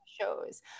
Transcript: shows